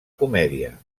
comèdia